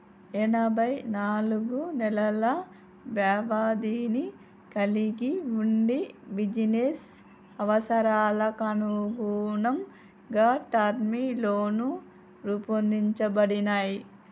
ఎనబై నాలుగు నెలల వ్యవధిని కలిగి వుండి బిజినెస్ అవసరాలకనుగుణంగా టర్మ్ లోన్లు రూపొందించబడినయ్